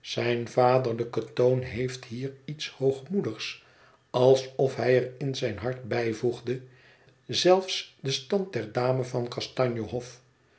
zijn vaderlijke toon heeft hier iets hoogmoedigs alsof hij er in zijn hart bijvoegde zelfs den stand der dame van kastanje hof